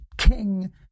king